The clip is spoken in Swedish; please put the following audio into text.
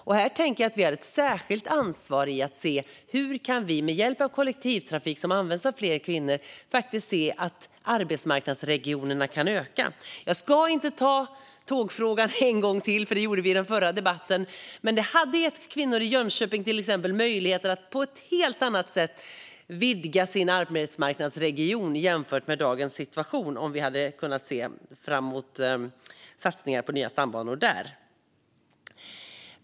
Och här tänker jag att vi har ett särskilt ansvar för att se hur vi med hjälp av kollektivtrafik som används av fler kvinnor faktiskt kan se att arbetsmarknadsregionerna kan öka. Jag ska inte ta tågfrågan en gång till, för det gjorde vi i den förra debatten. Men satsningar på nya stambanor hade gett kvinnor i till exempel Jönköping möjligheter att på ett helt annat sätt vidga sin arbetsmarknadsregion jämfört med dagens situation.